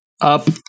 up